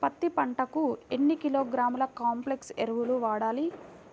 పత్తి పంటకు ఎన్ని కిలోగ్రాముల కాంప్లెక్స్ ఎరువులు వాడాలి?